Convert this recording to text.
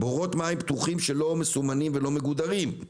בורות מים פתוחים שלא מסומנים ולא מגודרים,